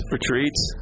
Retreats